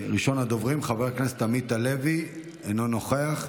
ראשון הדוברים, חבר הכנסת עמית הלוי, אינו נוכח.